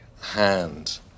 hand